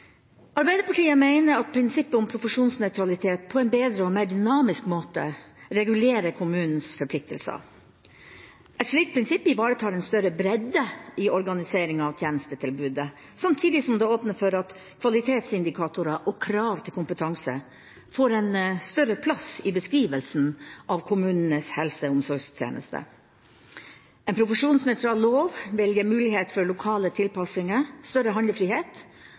Arbeiderpartiet mener at prinsippet om profesjonsnøytralitet på en bedre og mer dynamisk måte regulerer kommunens forpliktelser. Et slikt prinsipp ivaretar en større bredde i organiseringa av tjenestetilbudet, samtidig som det åpner for at kvalitetsindikatorer og krav til kompetanse får en større plass i beskrivelsen av kommunenes helse- og omsorgstjenester. En profesjonsnøytral lov vil gi mulighet for lokale tilpasninger, større handlefrihet